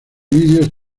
videos